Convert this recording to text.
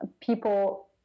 people